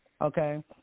Okay